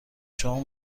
شما